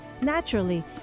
naturally